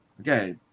Okay